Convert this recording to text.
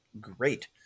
great